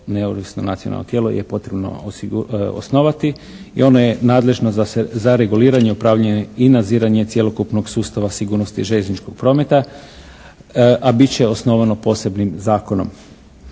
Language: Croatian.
neovisno nacionalno tijelo je potrebno osnovati i ono je nadležno za reguliranje, upravljanje i nadziranje cjelokupnog sustava sigurnosti željezničkog prometa, a bit će osnovano posebnim zakonom.